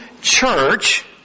church